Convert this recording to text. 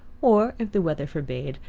or, if the weather forbade,